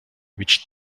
which